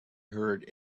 heard